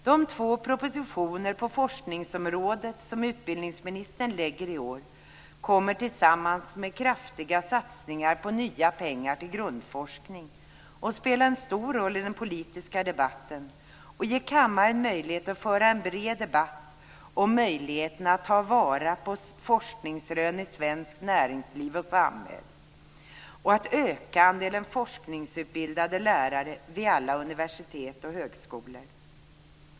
De två propositioner på forskningsområdet som utbildningsministern lägger fram i år kommer tillsammans med kraftiga satsningar på nya pengar till grundforskning att spela en stor roll i den politiska debatten och ge kammaren möjlighet att föra en bred debatt om möjligheten att ta vara på forskningsrön i svenskt näringsliv och samhälle och att öka andelen forskningsutbildade lärare vid alla universitet och högskolor.